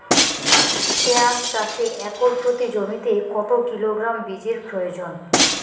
পেঁয়াজ চাষে একর প্রতি জমিতে কত কিলোগ্রাম বীজের প্রয়োজন?